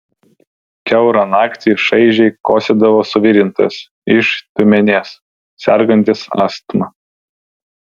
kiaurą naktį šaižiai kosėdavo suvirintojas iš tiumenės sergantis astma